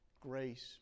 grace